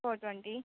four twenty